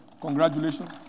Congratulations